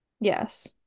Yes